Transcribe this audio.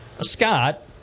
Scott